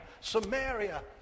Samaria